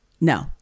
No